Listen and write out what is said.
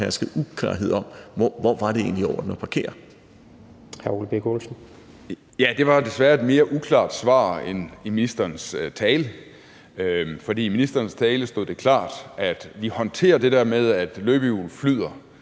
Det var jo desværre et mere uklart svar end ministerens tale. For i ministerens tale stod det klart, at vi håndterer det der med, at løbehjul flyder,